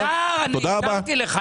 מותר, אני התרתי לך.